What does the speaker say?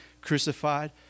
crucified